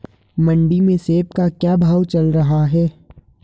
मंडी में सेब का क्या भाव चल रहा है?